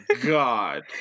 God